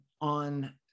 on